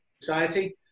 society